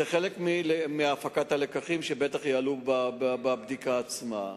זה חלק מהפקת הלקחים שבטח יעלו בבדיקה עצמה.